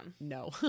no